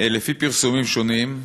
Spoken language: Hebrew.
לפי פרסומים שונים,